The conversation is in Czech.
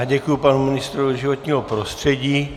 Já děkuji panu ministrovi životního prostředí.